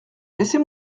laissez